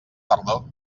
tardor